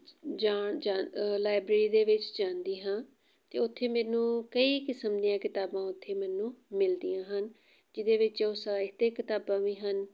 library ਦੇ ਵਿੱਚ ਜਾਂਦੀ ਹਾਂ ਅਤੇ ਉੱਥੇ ਮੈਨੂੰ ਕਈ ਕਿਸਮ ਦੀਆਂ ਕਿਤਾਬਾਂ ਉੱਥੇ ਮੈਨੂੰ ਮਿਲਦੀਆਂ ਹਨ ਜਿਹਦੇ ਵਿੱਚ ਉਹ ਸਾਹਿਤਕ ਕਿਤਾਬਾਂ ਵੀ ਹਨ